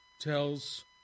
tells